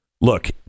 look